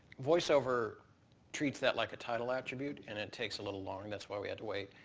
voiceover treats that like a title attribute and it takes a little long. that's why we had to wait.